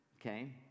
okay